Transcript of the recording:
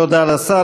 תודה לשר.